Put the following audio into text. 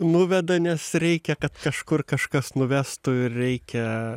nuveda nes reikia kad kažkur kažkas nuvestų ir reikia